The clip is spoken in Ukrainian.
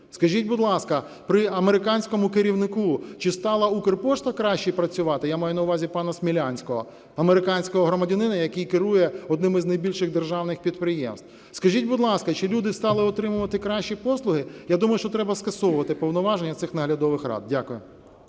Скажіть, будь ласка, при американському керівнику чи стала "Укрпошта" краще працювати? Я маю на увазі пана Смілянського, американського громадянина, який керує одним із найбільших державних підприємств. Скажіть, будь ласка, чи люди стали отримувати кращі послуги? Я думаю, що треба скасовувати повноваження цих наглядових рад. Дякую.